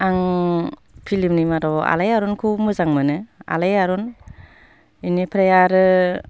आं फिलमनि मादाव आलायारनखौ मोजां मोनो आलायारन इनिफ्राय आरो